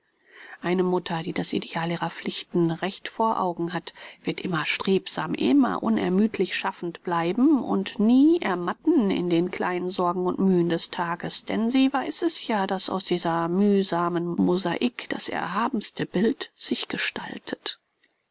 eine mutter die das ideal ihrer pflichten recht vor augen hat wird immer strebsam immer unermüdlich schaffend bleiben und nie ermatten in den kleinen sorgen und mühen des tages denn sie weiß es ja daß aus dieser mühsamen mosaik das erhabenste bild sich gestaltet